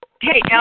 Hey